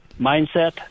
mindset